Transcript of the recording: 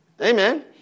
Amen